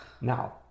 now